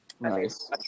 nice